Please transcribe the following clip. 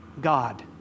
God